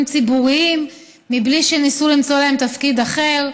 ציבוריים בלי שניסו למצוא להם תפקיד אחר,